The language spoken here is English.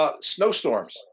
snowstorms